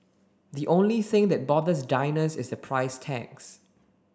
the only thing that bothers diners is the price tags